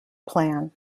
plan